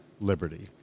liberty